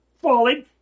falling